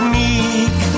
meek